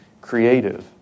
creative